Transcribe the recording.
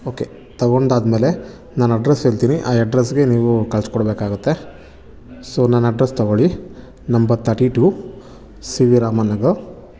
okay ತಗೊಂಡು ಆದಮೇಲೆ ನಾನು ಅಡ್ರೆಸ್ಸ್ ಹೇಳ್ತೀನಿ ಆ ಅಡ್ರೆಸ್ಗೆ ನೀವು ಕಳಿಸ್ಕೊಡ್ಬೇಕಾಗುತ್ತೆ ಸೊ ನನ್ನ ಅಡ್ರೆಸ್ಸ್ ತೊಗೊಳ್ಳಿ ನಂಬರ್ ತಟಿ two C V Raman Nagar